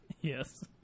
Yes